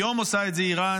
היום עושה את זה איראן.